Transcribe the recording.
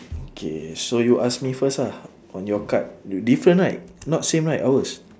okay so you ask me first ah on your card d~ different right not same right ours